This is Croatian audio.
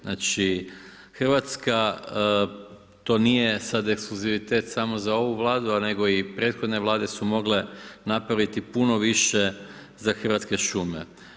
Znači Hrvatska to nije sad ekskluzivitet samo za ovu Vladu, nego i prethodne Vlade su mogle napraviti puno više za Hrvatske šume.